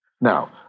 Now